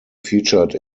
featured